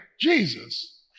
Jesus